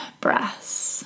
breaths